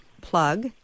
plug